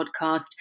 podcast